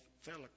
fellow